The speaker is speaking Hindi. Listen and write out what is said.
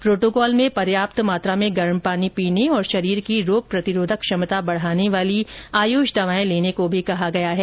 प्रोटोकोल में पर्याप्त मात्रा में गर्म पानी पीने और शरीर की रोग प्रतिरोग क्षमता बढ़ाने वाली आयुष दवाएं लेने को भी कहा गया है